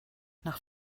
nach